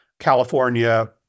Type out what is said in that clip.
California